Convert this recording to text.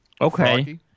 okay